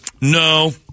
No